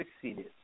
succeeded